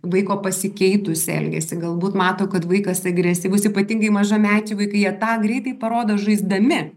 vaiko pasikeitusį elgesį galbūt mato kad vaikas agresyvus ypatingai mažamečiai vaikai jie tą greitai parodo žaisdami